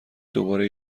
دوباره